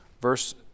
Verse